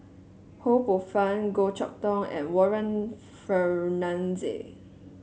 Ho Poh Fun Goh Chok Tong and Warren Fernandez